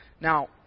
Now